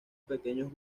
pequeños